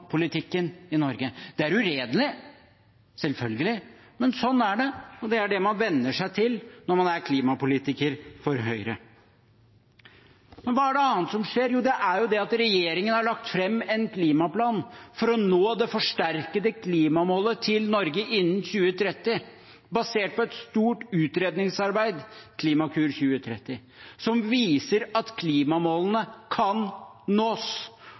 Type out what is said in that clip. i Norge. Det er uredelig, selvfølgelig, men sånn er det. Det er det man venner seg til når man er klimapolitiker for Høyre. Hva annet er det som skjer? Jo, det er at regjeringen har lagt fram en klimaplan for å nå det forsterkede klimamålet til Norge innen 2030, basert på et stort utredningsarbeid, Klimakur 2030, som viser at klimamålene kan nås.